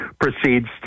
proceeds